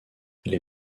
les